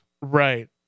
Right